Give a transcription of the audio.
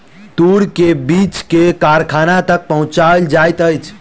तूर के बीछ के कारखाना तक पहुचौल जाइत अछि